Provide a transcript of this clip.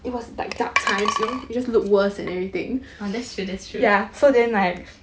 uh that's true that's true